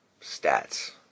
stats